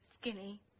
Skinny